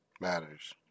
matters